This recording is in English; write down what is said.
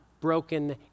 broken